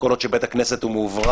כל עוד בית הכנסת מאוורר,